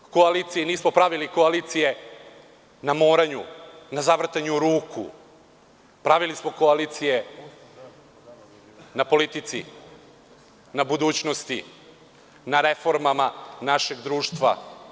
Ne pravimo koalicije i nismo pravili koalicije na moranju, na zavrtanju ruku, pravili smo koalicije na politici, na budućnosti, na reformama našeg društva.